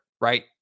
right